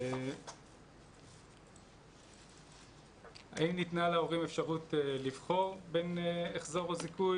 שאלה נוספת: האם ניתנה להורים אפשרות לבחור בין החזר או זיכוי?